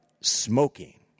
smoking